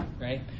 right